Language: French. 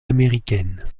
américaine